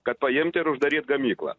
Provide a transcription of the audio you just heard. kad paimt ir uždaryt gamyklą